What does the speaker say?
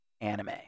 anime